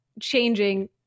changing